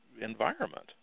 environment